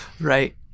right